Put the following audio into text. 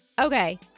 Okay